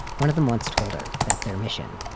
one of them once told her that their mission,